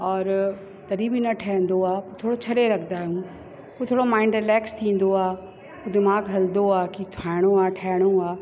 और तॾहिं बि न ठहंदो आहे थोरो छॾे रखंदा आहियूं पोइ थोरो माइंड रिलैक्स थींदो आहे दिमाग़ु हलंदो आहे की ठाहिणो आहे ठाहिणो आहे